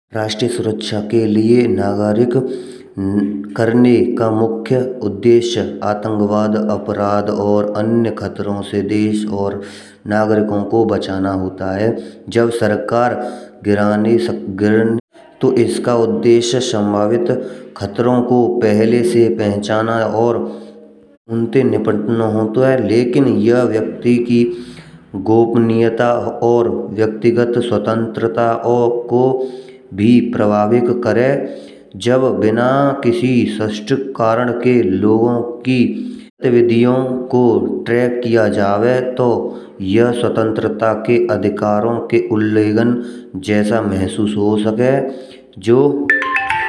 राष्ट्रीय सुरक्षा के लिए नागरिक करने का मुख्य उद्देश्य, आतंकवादी अपराध और अन्य खतरों से देश और नागरिकों को बचाना होता है। जब सरकार गिराने से गिरन तो इसका उद्देश्य संभावित खतरों को पहले से पहचानना और उनसे निपटना होता है। लेकिन यहाँ व्यक्ति की गोपनीयता और व्यक्तिगत स्वतंत्रता को भी प्रभावित करे, जब बिना किसी स्पष्टिक कारण के लोगों की गतिविधियों को ट्रैक किया जावे, तो यह स्वतंत्रता के अधिकारों के उल्लंघन जैसा महसूस हो सके जो।